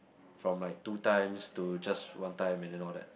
from like two times to just one time and then all that